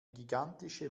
gigantische